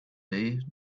day